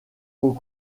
aux